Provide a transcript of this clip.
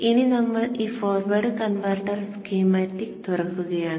ഇനി നമ്മൾ ഈ ഫോർവേഡ് കൺവെർട്ടർ സ്കീമാറ്റിക് തുറക്കുകയാണ്